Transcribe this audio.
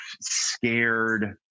scared